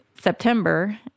September